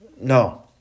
No